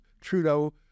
Trudeau